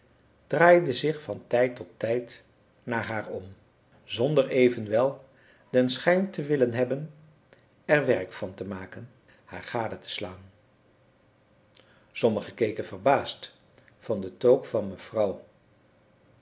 draaiden zich van tijd tot tijd naar haar om zonder evenwel den schijn te willen hebben er werk van te maken haar gade te slaan sommige keken verbaasd van de toque van mevrouw